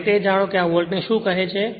અને તે જાણો કે આ વોલ્ટને શું કહે છે